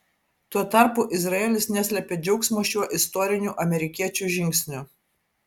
tuo tarpu izraelis neslėpė džiaugsmo šiuo istoriniu amerikiečių žingsniu